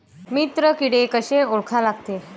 मित्र किडे कशे ओळखा लागते?